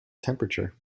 temperature